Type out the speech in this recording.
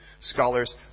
Scholars